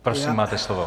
Prosím, máte slovo.